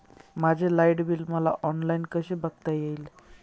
माझे light bill मला online कसे बघता येईल?